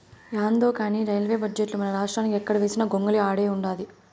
యాందో కానీ రైల్వే బడ్జెటుల మనరాష్ట్రానికి ఎక్కడ వేసిన గొంగలి ఆడే ఉండాది